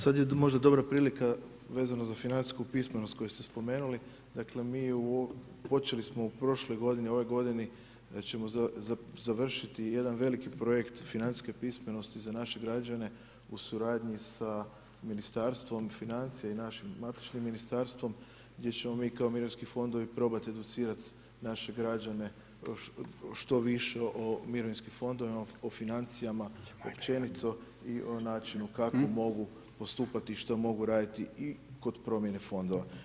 Sada je možda dobra prilika vezano za financijsku pismenost koju ste spomenuli, dakle počeli smo prošle godine u ovoj godini ćemo završiti jedan veliki projekt financijske pismenosti za naše građane u suradnji sa Ministarstvom financija i našim matičnim ministarstvom gdje ćemo mi kao mirovinski fondovi probati educirati naše građane što više o mirovinskim fondovima o financijama općenito i o načinu kako mogu postupati i što mogu raditi i kod promjene fondova.